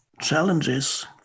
challenges